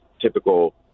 typical